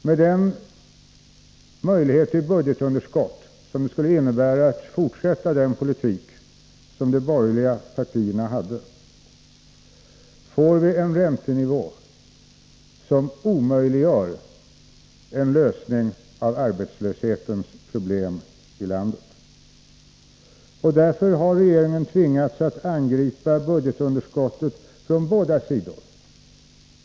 Med det budgetunderskott som det skulle innebära att fortsätta den politik som de borgerliga partierna förde får vi en räntenivå som omöjliggör en lösning av arbetslöshetens problem i landet. Därför har regeringen tvingats att angripa budgetunderskottet från båda sidor.